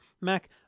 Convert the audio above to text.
Mac